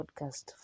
podcast